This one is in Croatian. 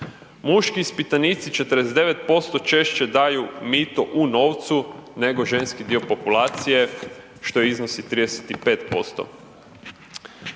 Muški ispitanici 49% češće daju mito u novcu nego ženski dio populacije što iznosi 35%.